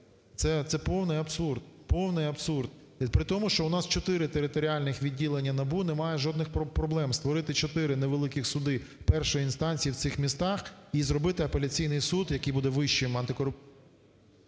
Повний абсурд, і притому, що у нас чотири територіальних відділення НАБУ, не має жодних проблем створити чотири невеликих судів першої інстанції в цих містах і зробити апеляційний суд, який буде Вищим… ГОЛОВУЮЧИЙ.